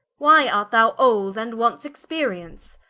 why art thou old, and want'st experience?